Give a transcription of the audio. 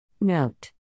Note